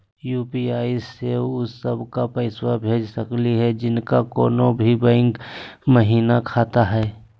UPI स उ सब क पैसा भेज सकली हई जिनका कोनो भी बैंको महिना खाता हई?